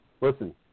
listen